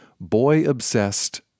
boy-obsessed